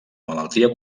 malaltia